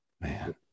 man